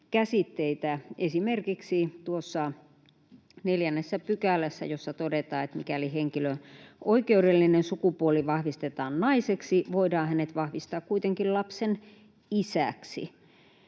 esimerkiksi tuossa 4 §:ssä, jossa todetaan, että mikäli henkilön oikeudellinen sukupuoli vahvistetaan naiseksi, voidaan hänet vahvistaa kuitenkin lapsen isäksi.